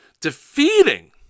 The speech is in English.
defeating